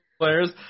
players